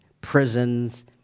prisons